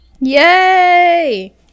Yay